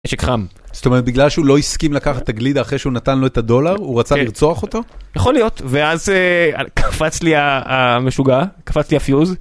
בגלל שהוא לא הסכים לקחת הגלידה אחרי שהוא נתן לו את הדולר הוא רצה לרצוח אותה יכול להיות ואז קפץ לי המשוגע קפצתי הפיוז.